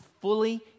fully